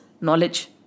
knowledge